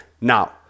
Now